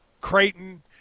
Creighton